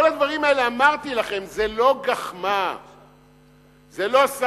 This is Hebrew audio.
כל הדברים האלה, אמרתי לכם, זה לא גחמה.